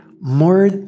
more